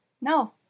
No